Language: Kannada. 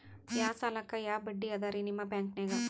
ಯಾ ಸಾಲಕ್ಕ ಯಾ ಬಡ್ಡಿ ಅದರಿ ನಿಮ್ಮ ಬ್ಯಾಂಕನಾಗ?